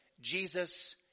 Jesus